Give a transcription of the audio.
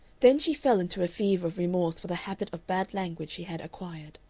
then she fell into a fever of remorse for the habit of bad language she had acquired.